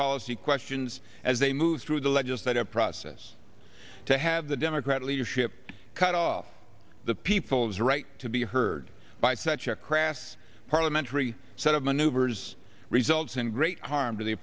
policy questions as they move through the legislative process to have the democratic leadership cut off the people's to be heard by such a crass parliamentary set of maneuvers results in great harm to the